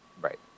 Right